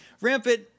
rampant